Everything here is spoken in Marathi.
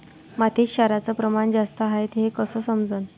मातीत क्षाराचं प्रमान जास्त हाये हे कस समजन?